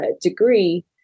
degree